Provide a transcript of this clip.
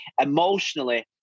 emotionally